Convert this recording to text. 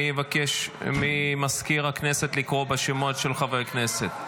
אני אבקש ממזכיר הכנסת לקרוא בשמות של חברי הכנסת.